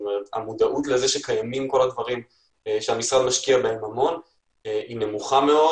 המודעות לזה שקיימים כל הדברים שהמשרד משקיע בהם המון היא נמוכה מאוד.